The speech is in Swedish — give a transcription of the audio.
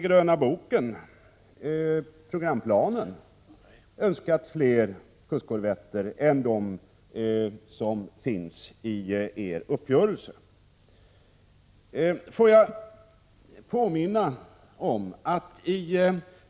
gröna boken — programplanen — framfört önskemål om fler kustkorvetter än vad som finns i uppgörelsen mellan regeringen och folkpartiet.